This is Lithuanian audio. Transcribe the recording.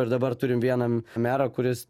ir dabar turim vieną merą kuris